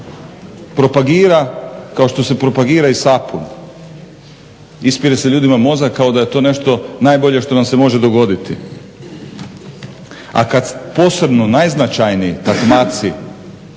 propagira kao što se propagira i sapun, ispire se ljudima mozak kao da je to nešto najbolje što nam se može dogoditi a kad posrnu najznačajniji takmaci